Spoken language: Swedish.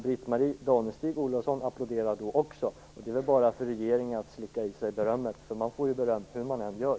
Britt-Marie Danestig-Olofsson applåderar dock nu också, och det är bara för regeringen att slicka i sig berömmet. Den får ju beröm hur den än gör.